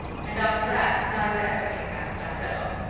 and after that, neither ever came back that i heard of,